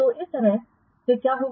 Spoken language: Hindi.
तो इस तरह से क्या होगा